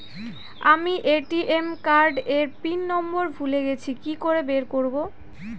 আমি ATM card এর pin number ভুলে গেছি কি করে বের করব?